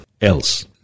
else